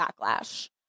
backlash